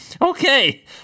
Okay